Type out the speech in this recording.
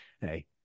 hey